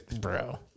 bro